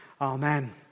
Amen